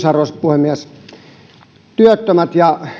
arvoisa puhemies työttömistä ja